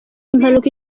impanuka